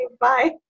Bye